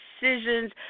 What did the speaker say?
decisions